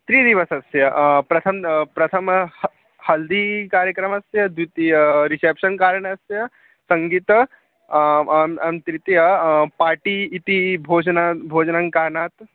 त्रिदिवसस्य प्रथमं प्रथमं ह हल्दी कार्यक्रमस्य द्वितीय रिसेप्शन् कारणस्य सङ्गीतं तृतीयं पार्टी इति भोजनं भोजनं कारणात्